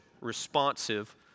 responsive